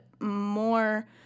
more